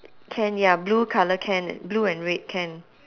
can ya blue colour can blue and red can